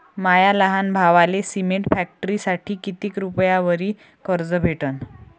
माया लहान भावाले सिमेंट फॅक्टरीसाठी कितीक रुपयावरी कर्ज भेटनं?